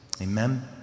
Amen